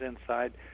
inside